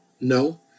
No